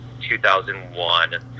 2001